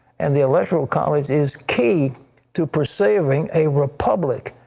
and the electoral college is key to preserving a republic,